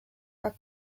are